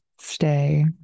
stay